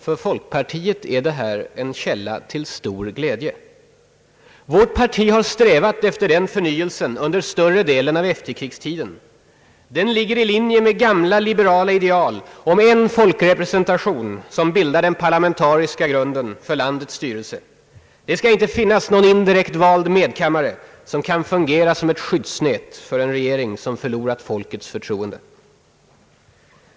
För folkpartiet är detta en källa till stor glädje. Vårt parti har strävat efter den förnyelsen under större delen av efterkrigstiden. Den ligger i linje med gamla liberala ideal om en folkrepresentation som bildar den parlamentariska grunden för landets styrelse. Det skall: inte finnas någon indirekt vald medkammare som kan fungera som ett skyddsnät för en regering som förlorat folkets förtroende.